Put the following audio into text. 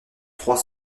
trois